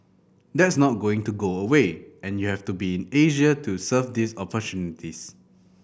that's not going to go away and you have to be in Asia to serve these